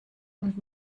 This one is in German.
und